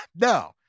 No